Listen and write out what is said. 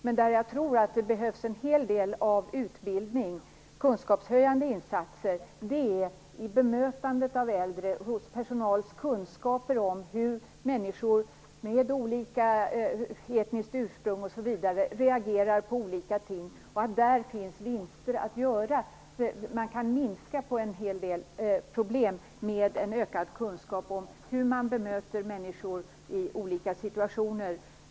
Men jag tror att det behövs en hel del utbildning och kunskapshöjande insatser i bemötandet av äldre, insatser i personals kunskaper om hur människor med olika etniskt ursprung reagerar på ting. Där finns vinster att göra. Man kan minska en hel del problem med en ökad kunskap om hur man bemöter människor i olika situationer.